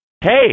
hey